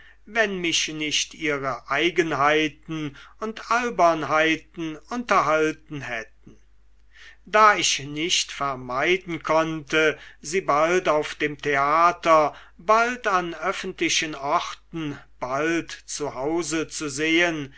wenn mich nicht ihre eigenheiten und albernheiten unterhalten hätten da ich nicht vermeiden konnte sie bald auf dem theater bald an öffentlichen orten bald zu hause zu sehen